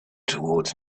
towards